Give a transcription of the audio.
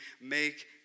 make